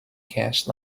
cash